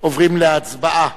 עוברים להצבעה,